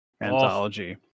Anthology